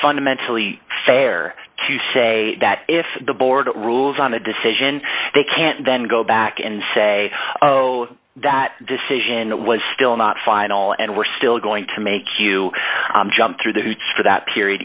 fundamentally fair to say that if the board rules on a decision they can then go back and say that decision was still not final and we're still going to make you jump through the reach for that period